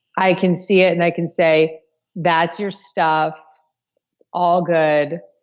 i can see it and i can say that's your stuff, it's all good,